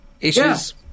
issues